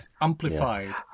amplified